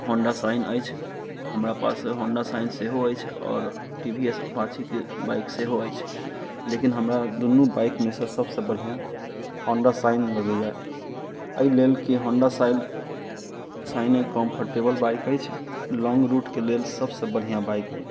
Honda Shine अछि हमरा पास होंडा शाइन सेहो अछि आओर टी वी एस अपाचेके बाइक सेहो अछि लेकिन हमरा दुनू बाइकमे सँ सभसँ बढ़िआँ होंडा शाइन लगैए एहि लेल कि होंडा शाइल शाइन कम्फर्टेबल बाइक अछि लोंग रूटके लेल सभसँ बढ़िआँ बाइक अछि